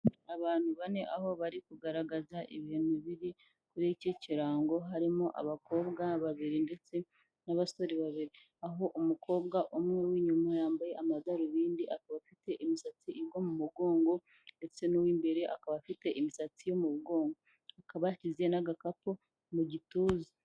Abantu bane aho bari kugaragaza ibintu biri kuri iki kirango, harimo abakobwa babiri ndetse n'abasore babiri, aho umukobwa umwe w'inyuma yambaye amadarubindi akaba afite imisatsi igwa mu mugongo ndetse n'uw'imbere akaba afite imisatsi yo mu mu mugongo, akaba yashyize n'agakapu mu gituza.